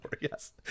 yes